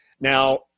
Now